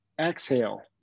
Exhale